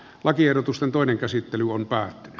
lakiehdotus on toinen käsittely on päättynyt